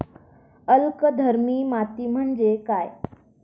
अल्कधर्मी माती म्हणजे काय?